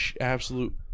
absolute